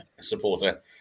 supporter